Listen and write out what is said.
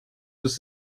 was